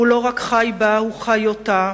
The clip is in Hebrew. הוא לא רק חי בה, הוא חי אותה.